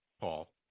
Paul